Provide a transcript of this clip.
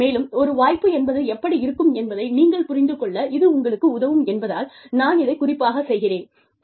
மேலும் ஒரு வாய்ப்பு என்பது எப்படி இருக்கும் என்பதை நீங்கள் புரிந்து கொள்ள இது உங்களுக்கு உதவும் என்பதால் நான் இதைக் குறிப்பாகச் செய்கிறேன்